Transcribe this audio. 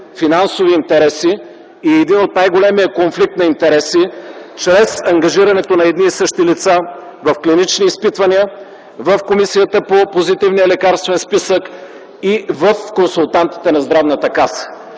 финансови интереси и един от най-големият конфликт на интереси чрез ангажирането на едни и същи лица в клинични изпитвания – в Комисията по позитивния лекарствен списък и в консултантите на Здравната каса.